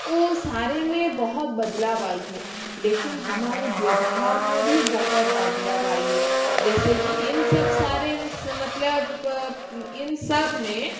वह सारे में बहुत बदलाव आई है लेकिन हमारे व्यवहार में भी बहुत बदलाव आई है जैसे कि इन सब सारे मतलब प इन सब में